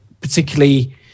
particularly